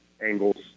angles